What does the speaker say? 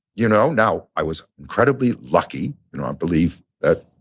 you know? now, i was incredibly lucky. you know, i believe that,